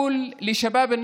(אומר דברים בשפה הערבית,